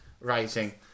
Writing